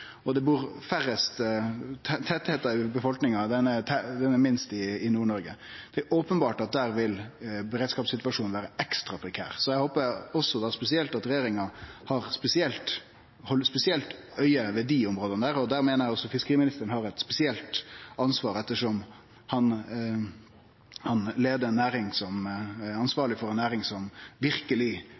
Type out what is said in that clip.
der det bur færrast folk, og befolkningstettleiken er minst i Nord-Noreg. Det er openbert at der vil beredskapssituasjonen vere ekstra prekær, så eg håper at regjeringa held eit spesielt auge med desse områda. Der meiner eg fiskeriministeren har eit spesielt ansvar ettersom han er ansvarleg for ei næring som verkeleg